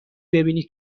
ببینی